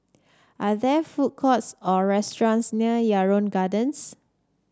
are there food courts or restaurants near Yarrow Gardens